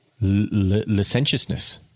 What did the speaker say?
licentiousness